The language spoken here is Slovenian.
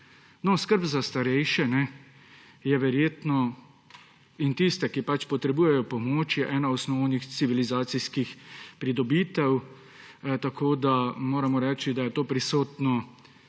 skrb za starejše in tiste, ki pač potrebujejo pomoč, je ena osnovnih civilizacijskih pridobitev. Moramo reči, da je to prisotno